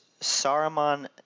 Saruman